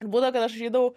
ir būdavo kad aš eidavau